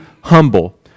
humble